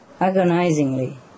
agonizingly